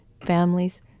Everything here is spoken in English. families